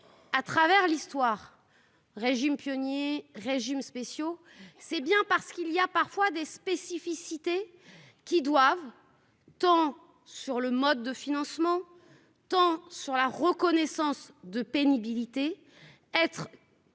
à travers l'histoire un régime pionnier ou des régimes spéciaux, c'est bien parce qu'il existe parfois des spécificités qui doivent, tant sur le mode de financement que sur la reconnaissance de pénibilité, être